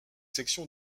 section